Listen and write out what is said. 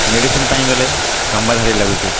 medicine ପାଇଁ ଗଲେ ଲମ୍ବା ଧାଡ଼ି ଲାଗୁଛି